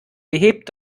behebt